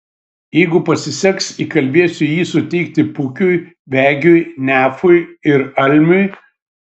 jeigu pasiseks įkalbėsiu jį suteikti pukiui vegiui nefui ir almiui